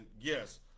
yes